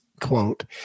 quote